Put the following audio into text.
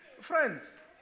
Friends